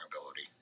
ability